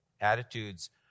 Attitudes